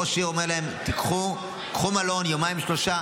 ראש העיר אומר להם: קחו מלון ליומיים-שלושה,